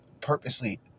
purposely